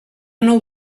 nou